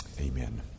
Amen